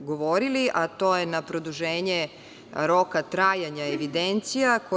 govorili, to je produženje roka trajanja evidencije.